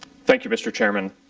thank you, mr. chairman.